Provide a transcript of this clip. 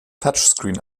touchscreen